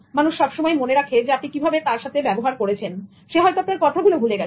মানুষ সবসময়ই মনে রাখে আপনি কিভাবে তার সাথে ব্যবহার করেছেন সে হয়তো আপনার কথাগুলো ভুলে গেছে